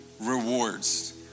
rewards